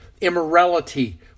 immorality